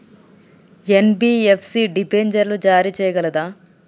NBFC డిబెంచర్లు జారీ చేయగలదా?